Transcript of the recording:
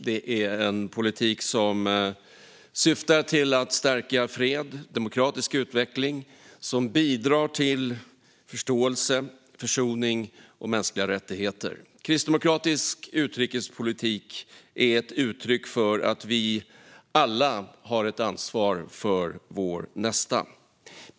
Det är en politik som syftar till att stärka fred och demokratisk utveckling och som bidrar till förståelse, försoning och mänskliga rättigheter. Kristdemokratisk utrikespolitik är ett uttryck för att vi alla har ett ansvar för vår nästa.